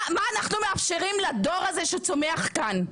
מה אנחנו מאפשרים לדור הזה, שצומח כאן?